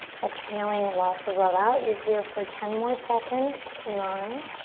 exhaling lots of love out. you're here for ten more seconds. nine,